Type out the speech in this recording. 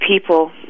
people